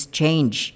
change